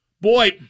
boy